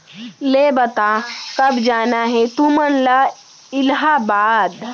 ले बता, कब जाना हे तुमन ला इलाहाबाद?